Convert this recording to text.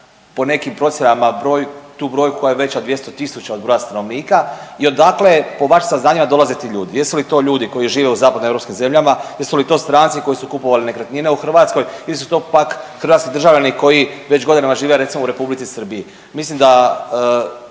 po nekim procjenama tu brojku koja je veća od 200 000 od broja stanovnika i odakle po vašim saznanjima dolaze ti ljudi? Jesu li to ljudi koji žive u zapadno europskim zemljama, jesu li to stranci koji su kupovali nekretnine u Hrvatskoj ili su to pak hrvatski državljani koji već godinama žive recimo u Republici Srbiji? Mislim da